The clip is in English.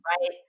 right